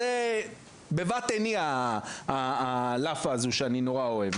זה בבת עיני הלאפה הזו שאני נורא אוהב,